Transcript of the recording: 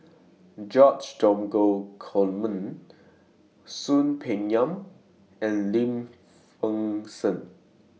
George Dromgold Coleman Soon Peng Yam and Lim Fei Shen